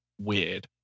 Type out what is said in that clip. Weird